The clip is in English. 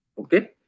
Okay